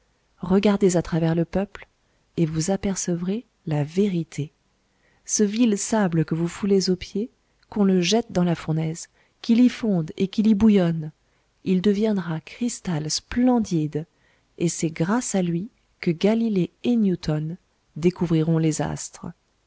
regardez à travers le peuple et vous apercevrez la vérité ce vil sable que vous foulez aux pieds qu'on le jette dans la fournaise qu'il y fonde et qu'il y bouillonne il deviendra cristal splendide et c'est grâce à lui que galilée et newton découvriront les astres